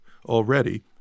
already